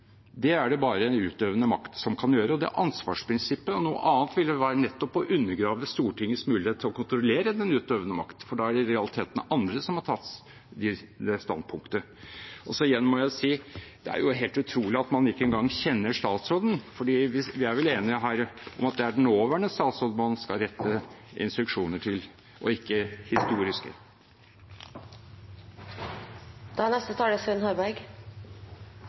Det er det bare den utøvende makt som kan gjøre. Det er ansvarsprinsippet, og noe annet ville nettopp være å undergrave Stortingets mulighet til å kontrollere den utøvende makt, for da er det i realiteten andre som har tatt det standpunktet. Igjen må jeg si: Det er helt utrolig at man ikke engang kjenner statsråden, for vi er vel enige her om at det er den nåværende statsråden man skal rette instruksjoner til, og ikke